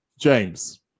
James